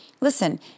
Listen